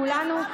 כולנו,